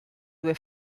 due